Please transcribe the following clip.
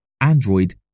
Android